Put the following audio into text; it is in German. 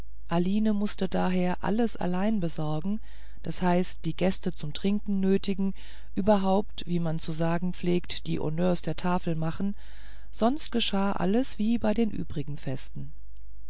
aline mußte daher alles allein besorgen d h die gäste zum trinken nötigen überhaupt wie man zu sagen pflegt die honneurs der tafel machen sonst geschah alles wie bei den übrigen festen